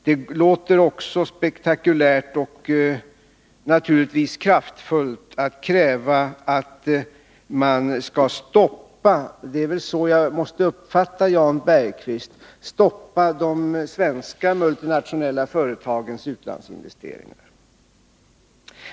Det låter naturligtvis också spektakulärt och kraftfullt att kräva att man skall stoppa — det är väl så jag måste uppfatta Jan Bergqvist — de svenska multinationella företagens utlandsinvesteringar.